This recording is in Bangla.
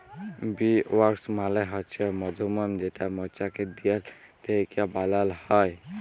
বী ওয়াক্স মালে হছে মধুমম যেটা মচাকের দিয়াল থ্যাইকে বালাল হ্যয়